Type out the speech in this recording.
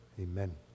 Amen